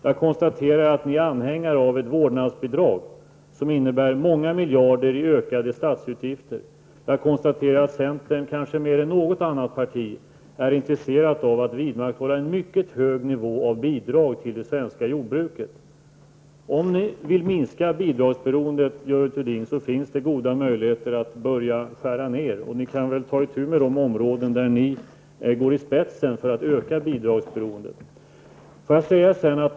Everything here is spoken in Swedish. Jag konstaterar också att ni är anhängare av ett vårdnadsbidrag som medför många miljarder i ökade statsutgifter. Vidare kan jag konstatera att centern, kanske mer än något annat parti, är intresserat av att vidmakthålla en mycket hög nivå på bidragen till det svenska jordbruket. Om ni vill minska bidragsberoendet, Görel Thurdin, finns det goda möjligheter att börja skära ned. Ni kan väl ta itu med de områden där ni går i spetsen för att öka bidragsberoendet.